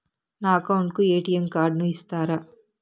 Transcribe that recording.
నా అకౌంట్ కు ఎ.టి.ఎం కార్డును ఇస్తారా